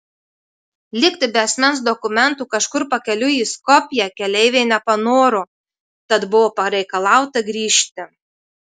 likti be asmens dokumentų kažkur pakeliui į skopję keleiviai nepanoro tad buvo pareikalauta grįžti